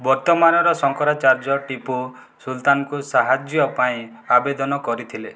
ବର୍ତ୍ତମାନର ଶଙ୍କରାଚାର୍ଯ୍ୟ ଟିପୁ ସୁଲତାନକୁ ସାହାଯ୍ୟ ପାଇଁ ଆବେଦନ କରିଥିଲେ